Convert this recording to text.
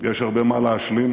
יש הרבה מה להשלים,